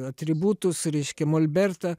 atributus reiškia molbertą